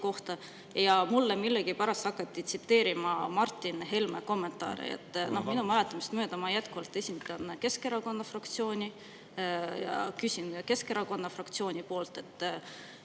seisukohta. Mulle millegipärast hakati tsiteerima Martin Helme kommentaare. Minu mäletamist mööda ma jätkuvalt esindan Keskerakonna fraktsiooni ja küsin Keskerakonna fraktsiooni poolt.